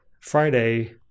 Friday